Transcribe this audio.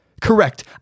Correct